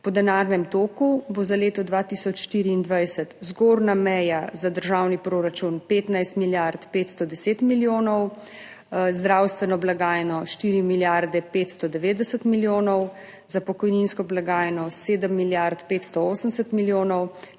Po denarnem toku bo za leto 2024 zgornja meja za državni proračun 15 milijard 510 milijonov, zdravstveno blagajno 4 milijarde 590 milijonov, za pokojninsko blagajno 7 milijard 580 milijonov